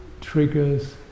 triggers